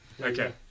Okay